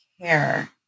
care